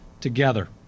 together